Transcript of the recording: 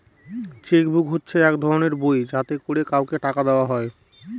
check book হচ্ছে এক ধরনের বই যাতে করে কাউকে টাকা দেওয়া হয়